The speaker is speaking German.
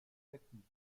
fetten